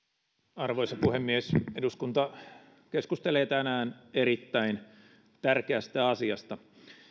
arvoisa puhemies eduskunta keskustelee tänään erittäin tärkeästä asiasta